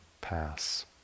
pass